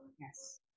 Yes